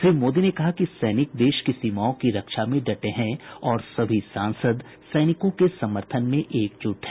श्री मोदी ने कहा कि सैनिक देश की सीमाओं की रक्षा में डटे हैं और सभी सांसद सैनिकों के समर्थन में एकजुट हैं